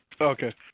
Okay